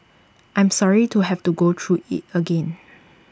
I am sorry to have to go through IT again